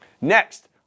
Next